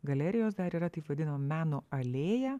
galerijos dar yra taip vadinamo meno alėja